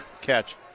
catch